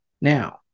now